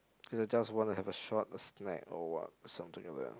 cause I just want to have a short snack or what something